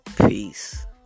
Peace